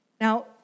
Now